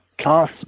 class